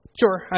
sure